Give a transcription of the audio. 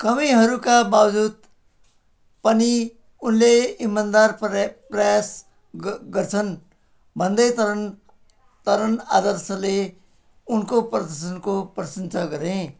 कमीहरूका बाबजुद पनि उनले इमानदार प्रया प्रयास ग गर्छन् भन्दै तरुण तरुण आदर्शले उनको प्रदर्शनको प्रशंसा गरे